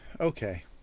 Okay